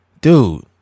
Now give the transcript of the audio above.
dude